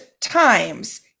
times